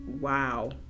wow